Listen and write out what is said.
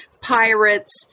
pirates